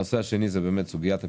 הנושא השלישי הוא סוגיית הפרסום.